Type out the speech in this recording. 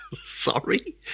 Sorry